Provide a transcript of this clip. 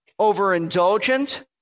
overindulgent